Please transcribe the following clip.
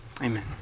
amen